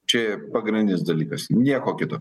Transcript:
čia pagrindinis dalykas nieko kito